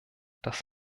das